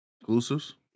Exclusives